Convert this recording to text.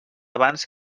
abans